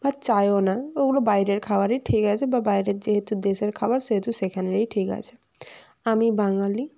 আর চায়ও না ওগুলো বাইরের খাবারই ঠিক আছে বা বাইরের যেহেতু দেশের খাবার সেহেতু সেখানেরেই ঠিক আছে আমি বাঙালি